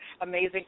amazing